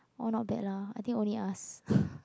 oh not lah I think only us